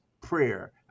prayer